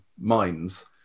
minds